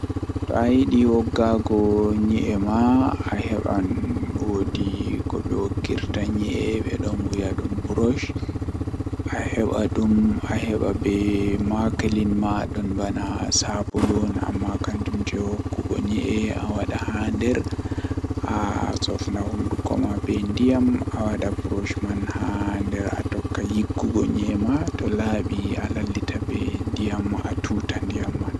To ayidi woggago nyi'e ma aheban woodi kobe woggirta nyi'e bedon wiya dum brush, Aheba dum aheba be maklin ma don mana sabulu on amma kanjum jei woggugo nyi'e, Awada haander asofna hunduko ma be ndiyam awada brush man haa nder atokka yiggugo nyi'e ma to laabi alallita be nyidam atuta ndiyam man.